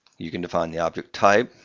you can define the object type,